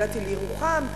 הגעתי לירוחם,